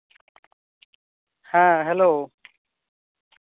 ᱦᱮᱸ ᱦᱮᱞᱳ